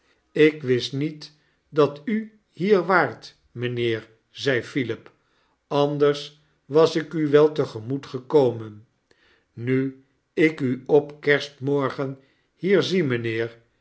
ik wist niet dat u hier waart mijnheer zei philip anders was ik u wel te gemoet gekomen nu ik u op kerstmorgen hier zie